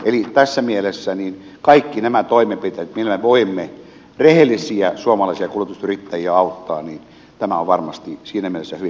eli tässä mielessä kaikki nämä toimenpiteet millä me voimme rehellisiä suomalaisia kuljetusyrittäjiä auttaa tämä varmasti siinä myös eri